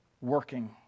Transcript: working